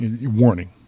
Warning